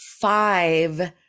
five